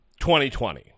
2020